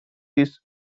this